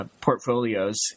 portfolios